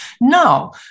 No